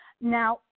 now